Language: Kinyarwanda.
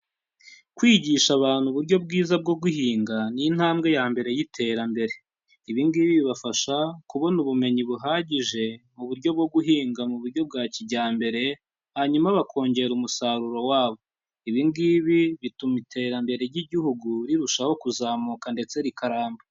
Kwigisha abantu uburyo bwiza bwo guhinga ni intambwe ya mbere y'iterambere, ibi ngibi bibafasha kubona ubumenyi buhagije mu buryo bwo guhinga mu buryo bwa kijyambere, hanyuma bakongera umusaruro wabo. Ibi ngibi bituma iterambere ry'igihugu rirushaho kuzamuka ndetse rikaramba.